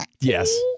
Yes